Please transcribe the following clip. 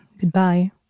Goodbye